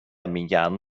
میگن